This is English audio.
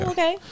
Okay